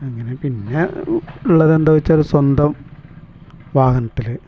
അങ്ങനെ പിന്നെ ഉള്ളതെന്താ ചോദിച്ചാൽ സ്വന്തം വാഹനത്തിൽ